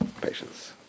Patience